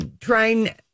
trying